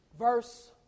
Verse